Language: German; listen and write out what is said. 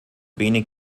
wenig